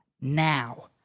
now